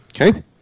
Okay